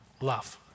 Love